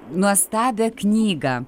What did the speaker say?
nuostabią knygą